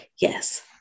Yes